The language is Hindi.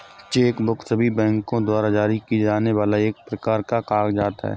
चेक बुक सभी बैंको द्वारा जारी किए जाने वाला एक प्रकार का कागज़ात है